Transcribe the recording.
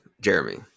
Jeremy